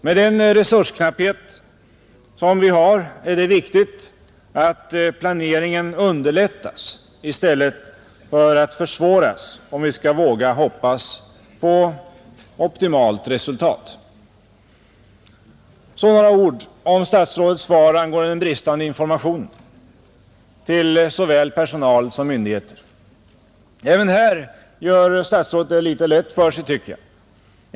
Med den resursknapphet som vi har är det viktigt att planeringen underlättas i stället för att försvåras om vi skall våga hoppas på optimalt resultat. Så några ord om statsrådets svar angående den bristande informationen till såväl personal som myndigheter. Även här gör statsrådet det litet lätt för sig, tycker jag.